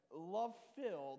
Love-filled